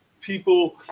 people